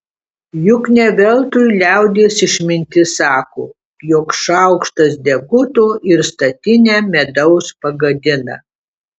juk ne veltui liaudies išmintis sako jog šaukštas deguto ir statinę medaus pagadina